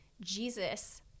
Jesus